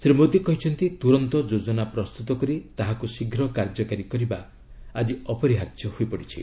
ଶ୍ରୀ ମୋଦି କହିଛନ୍ତି ତୁରନ୍ତ ଯୋଜନା ପ୍ରସ୍ତୁତ କରି ତାହାକ୍ ଶୀଘ୍ର କାର୍ଯ୍ୟକାରୀ କରିବା ଆଜି ଅପରିହାର୍ଯ୍ୟ ହୋଇପଡ଼ିଛି